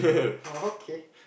okay